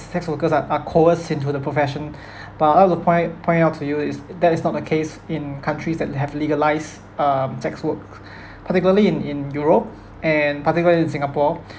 sex workers are are coerced into the profession but I want to point out point out to you is that is not the case in countries that have legalised um sex work particularly in in europe and particularly in singapore